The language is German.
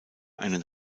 einen